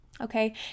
okay